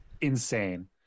insane